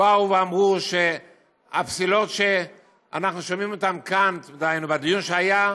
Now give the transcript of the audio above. אמרו שהפסילות שאנחנו שומעים עליהן "כאן" דהיינו בדיון שהיה,